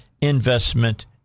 investment